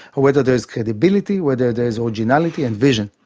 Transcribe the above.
whether there is credibility, whether there is originality and vision.